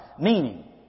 meaning